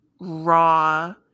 raw